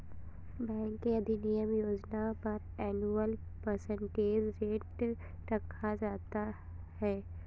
bank के अधिकतम योजना पर एनुअल परसेंटेज रेट रखा जाता है